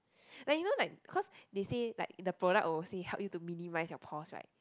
like you know like cause they say like the product will say help you to minimise your pores right